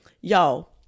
Y'all